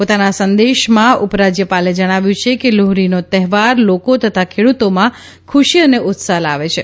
પોતાના સંદેશમાં ઉપરાજ્યપાલે જણાવ્યું કે લોહરીનો તહેવાર લોકો તથા ખેડૂતોમાં ખુશી અને ઉત્સાહ લાવે છે